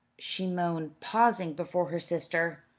she moaned, pausing before her sister.